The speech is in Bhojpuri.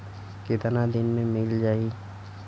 कितना दिन में मील जाई?